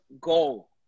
goal